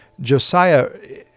josiah